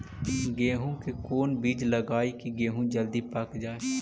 गेंहू के कोन बिज लगाई कि गेहूं जल्दी पक जाए?